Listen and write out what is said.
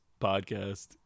podcast